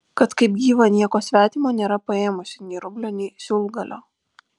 kad kaip gyva nieko svetimo nėra paėmusi nei rublio nei siūlgalio